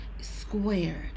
squared